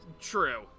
True